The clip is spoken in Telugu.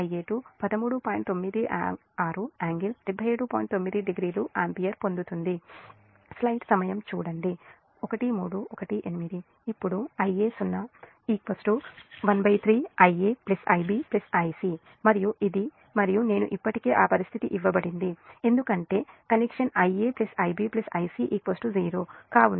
9o ఆంపియర్ పొందుతుంది ఇప్పుడు Ia0 13 Ia Ib Ic మరియు ఇది మరియు నేను ఇప్పటికే ఆ పరిస్థితి ఇవ్వబడింది ఎందుకంటే because connection Ia Ib Ic 0 కాబట్టి ఇది Ia0 0 ఆంపియర్